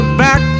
back